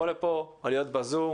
זה לא אומר שתמיד נסכים, כמובן,